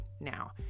Now